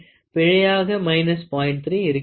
3 இருக்கிறது